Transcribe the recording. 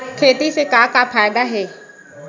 खेती से का का फ़ायदा हे?